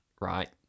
right